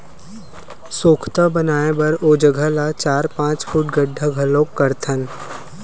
सोख्ता बनाए बर ओ जघा ल चार, पाँच फूट गड्ढ़ा घलोक करथन